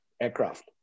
aircraft